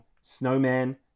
Snowman